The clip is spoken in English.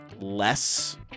less